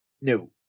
No